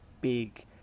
big